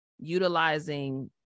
utilizing